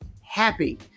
happy